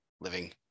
living